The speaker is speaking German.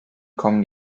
kommen